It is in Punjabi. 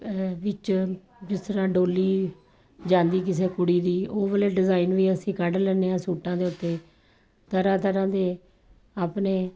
ਵਿੱਚ ਜਿਸ ਤਰ੍ਹਾਂ ਡੋਲੀ ਜਾਂਦੀ ਕਿਸੇ ਕੁੜੀ ਦੀ ਉਹ ਵਾਲੇ ਡਿਜ਼ਾਇਨ ਵੀ ਅਸੀਂ ਕੱਢ ਲੈਂਦੇ ਹਾਂ ਸੂਟਾਂ ਦੇ ਉੱਤੇ ਤਰ੍ਹਾਂ ਤਰ੍ਹਾਂ ਦੇ ਆਪਣੇ